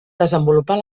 desenvolupar